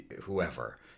whoever